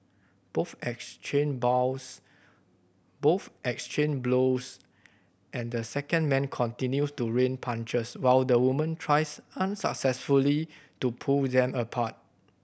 both exchange bows both exchange blows and the second man continues to rain punches while the woman tries unsuccessfully to pull them apart